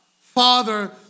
Father